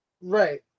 Right